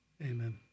Amen